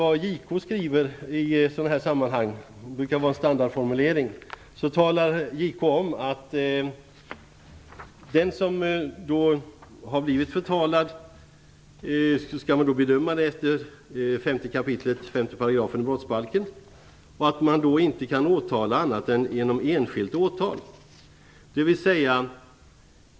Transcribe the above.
Det JK skriver i dessa sammanhang brukar vara en standardformulering. JK talar om att den som har blivit förtalad skall bedömas efter 5 kap. 5 § i brottsbalken. Man kan inte åtala annat än genom enskilt åtal.